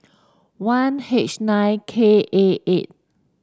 one H nine K A eight